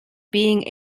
being